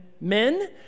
men